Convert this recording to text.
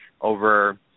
over